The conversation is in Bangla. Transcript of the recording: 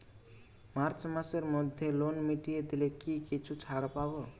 মার্চ মাসের মধ্যে লোন মিটিয়ে দিলে কি কিছু ছাড় পাব?